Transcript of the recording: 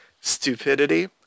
stupidity